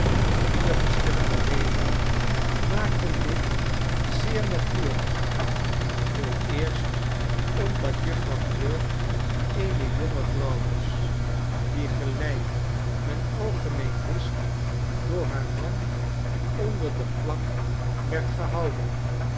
vier verschillende redenen maakten dit zeer natuurlijk vooreerst omdat jufvrouw quilp eene jonge vrouw was die gelijk men algemeen wist door haar man onder de plak werd gehouden